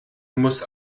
muss